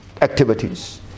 activities